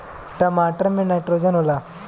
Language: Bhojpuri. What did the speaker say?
टमाटर मे नाइट्रोजन होला?